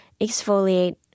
exfoliate